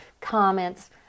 comments